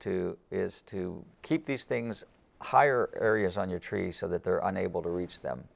to is to keep these things higher areas on your tree so that they're unable to reach them